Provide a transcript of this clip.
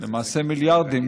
למעשה מיליארדים,